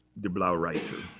der blaue reiter.